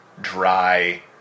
dry